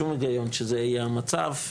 שום היגיון שזה יהיה המצב,